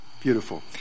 beautiful